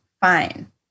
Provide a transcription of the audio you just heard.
fine